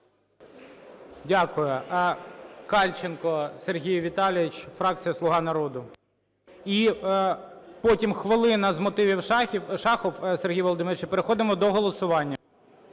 Дякую. Кальченко Сергій Віталійович, фракція "Слуга народу". І потім хвилина з мотивів - Шахов Сергій Володимирович, і переходимо до голосування.